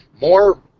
More